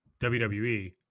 WWE